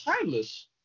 timeless